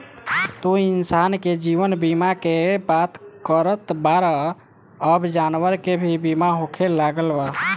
तू इंसान के जीवन बीमा के बात करत बाड़ऽ अब जानवर के भी बीमा होखे लागल बा